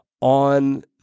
on